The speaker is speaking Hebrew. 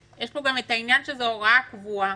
יש פה גם את העניין שזו הוראה קבועה,